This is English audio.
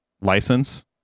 license